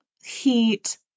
heat